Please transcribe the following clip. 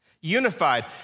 unified